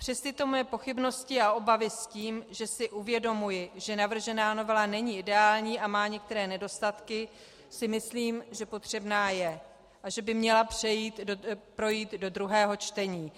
Přes tyto moje pochybnosti a obavy s tím, že si uvědomuji, že navržená novela není ideální a má některé nedostatky, si myslím, že potřebná je a že by měla projít do druhého čtení.